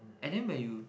and then when you